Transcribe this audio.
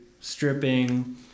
stripping